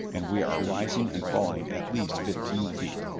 and we are rising and falling at least fifteen feet.